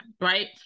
right